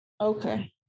Okay